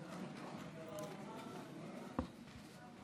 (חותמת על ההצהרה)